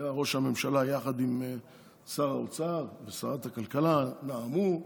ראש הממשלה יחד עם שר האוצר ושרת הכלכלה נאמו,